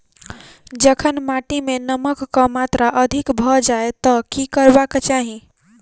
जखन माटि मे नमक कऽ मात्रा अधिक भऽ जाय तऽ की करबाक चाहि?